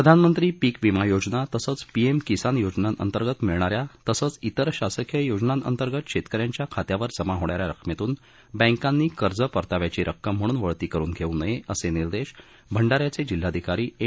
प्रधानंमत्री पीक विमा योजना तसंच पीएम किसान योजनांअंतर्गत मिळणाऱ्या तसंच इतर शासकीय योजनांअतर्गत शेतकऱ्यांच्या खात्यावर जमा होणाऱ्या रक्कमेतून बँकांनी कर्ज परताव्याची रक्कम म्हणून वळती करून घेऊ नये असे निर्देश भंडाऱ्याचे जिल्हाधिकारी एम